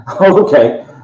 Okay